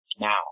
now